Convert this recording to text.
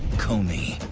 comey,